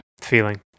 feeling